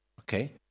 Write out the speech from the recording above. okay